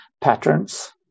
patterns